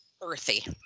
earthy